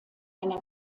einer